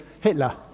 Hitler